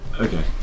Okay